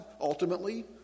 ultimately